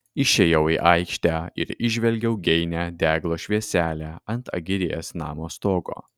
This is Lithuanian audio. išėjau į aikštę ir įžvelgiau geinią deglo švieselę ant agirės namo stogo